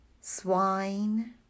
swine